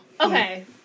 okay